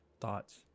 thoughts